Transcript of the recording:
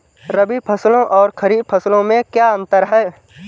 रबी फसलों और खरीफ फसलों में क्या अंतर है?